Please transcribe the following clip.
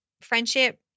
friendship